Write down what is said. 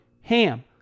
HAM